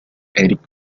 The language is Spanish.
eric